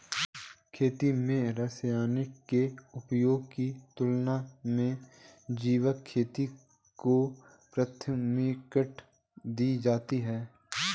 खेती में रसायनों के उपयोग की तुलना में जैविक खेती को प्राथमिकता दी जाती है